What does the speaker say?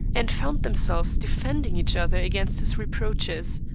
and found themselves defending each other against his reproaches.